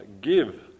give